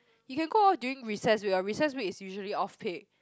you can go lor during recess week recess week is usually off peak